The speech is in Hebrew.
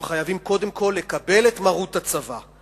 הם חייבים קודם כול לקבל את מרות הצבא.